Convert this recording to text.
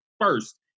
first